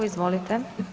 Izvolite.